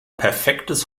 perfektes